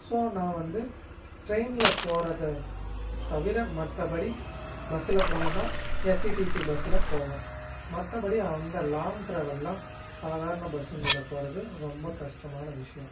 so நான் வந்து ட்ரெயினில் போறதை தவிர மற்றபடி பஸ்ஸில் போகணுனா எஸ்இடிசி பஸ்ஸில் போவேன் மற்றபடி அந்த லாங் ட்ராவலெலாம் சாதாரண பஸ்ஸுங்களில் போவது ரொம்ப கஷ்டமான விஷயோம்